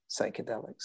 psychedelics